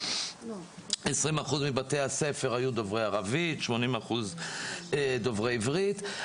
20% מבתי הספר היו דוברי ערבית, 80% דוברי עברית.